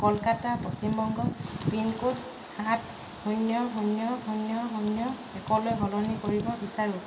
Kolkata Paschim Banga pin code সাত শূন্য শূন্য শূন্য শূন্য একলৈ সলনি কৰিব বিচাৰোঁ